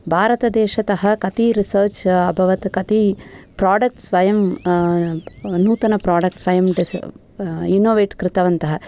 भारतदेशतः कति रिसर्च् अभवत् कति प्राडक्ट्स् वयं नूतन प्राडक्ट्स् वयं डिस् इनोवेट् कृतवन्तः